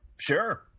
Sure